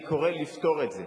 אני קורא לפתור את זה,